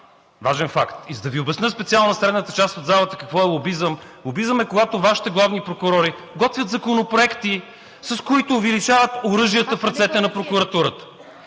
важен факт. И за да ви обясня, специално на средната част от залата, какво е лобизъм – лобизъм е, когато Вашите главни прокурори готвят законопроекти, с които увеличават оръжията в ръцете на прокуратурата.